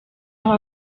aho